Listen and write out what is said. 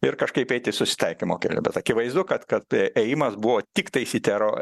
ir kažkaip eiti susitaikymo keliu bet akivaizdu kad kad ėjimas buvo tiktais į tero